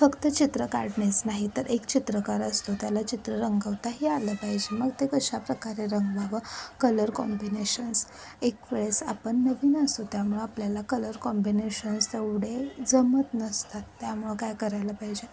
फक्त चित्र काढणेच नाही तर एक चित्रकार असतो त्याला चित्र रंगवताही आलं पाहिजे मग ते कशा प्रकारे रंगवावं कलर कॉम्बिनेशन्स एक वेळेस आपण नवीन असतो त्यामुळं आपल्याला कलर कॉम्बिनेशन्स तेवढे जमत नसतात त्यामुळं काय करायला पाहिजे